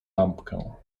lampkę